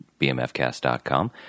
bmfcast.com